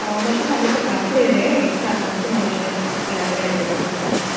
हो मात्शें फाल्यां सकाळ फुडें रे एक सातांक सुमार अशें घरा कडेन आयल्या जाता सातांक